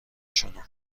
شونو